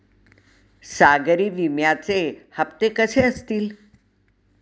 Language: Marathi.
सागरी विम्याचे हप्ते कसे असतील?